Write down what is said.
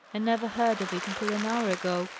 and never heard of it until an hour ago!